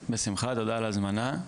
בשמחה, תודה על ההזמנה.